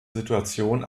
situation